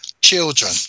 children